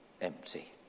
empty